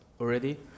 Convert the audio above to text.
already